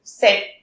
set